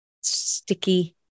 sticky